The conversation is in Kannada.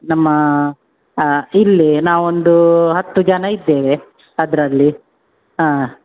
ನಮ್ಮ ಇಲ್ಲಿ ನಾವೊಂದು ಹತ್ತು ಜನ ಇದ್ದೇವೆ ಅದರಲ್ಲಿ ಹಾಂ